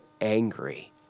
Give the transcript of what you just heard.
angry